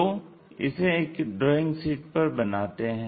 तो इसे एक ड्राइंग शीट पर बनाते हैं